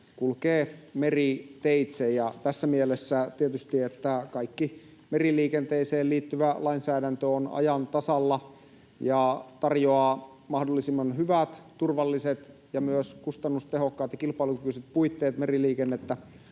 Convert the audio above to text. kulkee meriteitse. Tässä mielessä tietysti se, että kaikki meriliikenteeseen liittyvä lainsäädäntö on ajan tasalla ja tarjoaa mahdollisimman hyvät, turvalliset ja myös kustannustehokkaat ja kilpailukykyiset puitteet harjoittaa